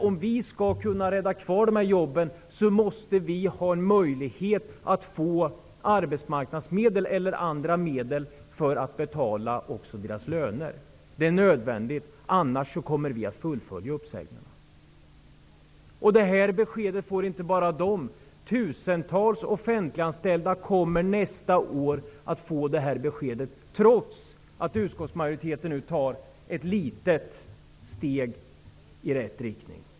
Om landstinget skall kunna rädda kvar jobben måste landstinget ha möjlighet att få arbetsmarknadsmedel eller andra medel för att betala deras löner. Det är nödvändigt, annars kommer landstinget att fullfölja uppsägningarna. Detta besked får inte bara dessa vårdanställda. Tusentals offentliganställda kommer nästa år att få det beskedet, trots att utskottsmajoriteten tar ett litet steg i rätt riktning.